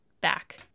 back